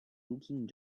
looking